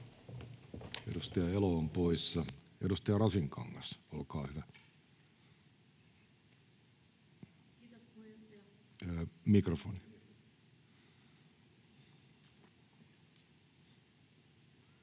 Edustaja Elo on poissa. Edustaja Rasinkangas, olkaa hyvä. Arvoisa